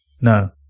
No